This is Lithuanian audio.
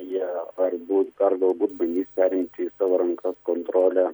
jie ar būt ar galbūt bandys perimti į savo rankas kontrolę